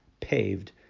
paved